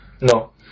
No